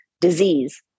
disease